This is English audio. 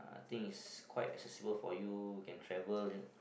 thing is quite accessible for you can travel then